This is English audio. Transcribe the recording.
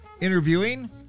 interviewing